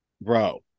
bro